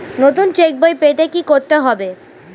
নতুন চেক বই পেতে কী করতে হবে?